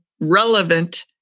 relevant